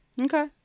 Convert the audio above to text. Okay